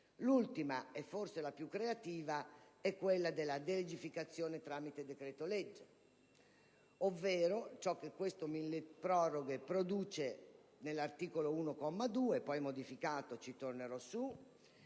L'ultima, e forse la più creativa, è quella della delegificazione tramite decreto‑legge, ovvero ciò che questo milleproroghe produce nell'articolo 1, comma 2, poi modificato (sul